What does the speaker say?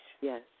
Yes